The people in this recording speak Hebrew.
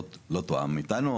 לא תואם איתנו.